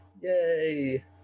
yay